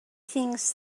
things